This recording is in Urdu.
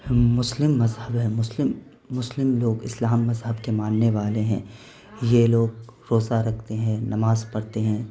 مسلم مذہب ہے مسلم مسلم لوگ اسلام مذہب کے ماننے والے ہیں یہ لوگ روزہ رکھتے ہیں نماز پڑھتے ہیں